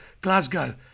Glasgow